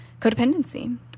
codependency